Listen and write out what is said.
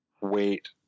wait